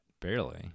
Barely